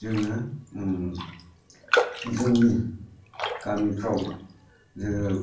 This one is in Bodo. जोङो जोंनि गामिफ्राव जोङो